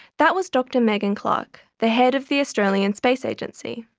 that was dr megan clark, the head of the australian space agency.